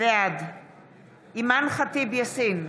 בעד אימאן ח'טיב יאסין,